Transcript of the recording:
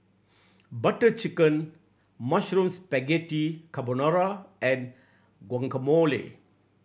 Butter Chicken Mushroom Spaghetti Carbonara and Guacamole